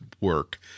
work